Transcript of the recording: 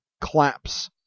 claps